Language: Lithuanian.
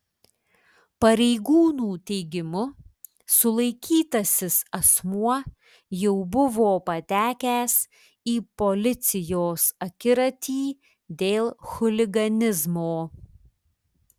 pareigūnų teigimu sulaikytasis asmuo jau buvo patekęs į policijos akiratį dėl chuliganizmo